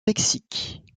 mexique